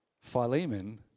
Philemon